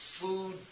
food